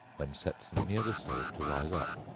when set them near the stove to rise up.